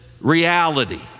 reality